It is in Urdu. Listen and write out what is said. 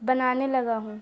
بنانے لگا ہوں